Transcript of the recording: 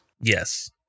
Yes